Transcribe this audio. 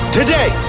today